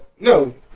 No